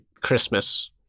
Christmas